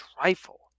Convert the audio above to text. trifle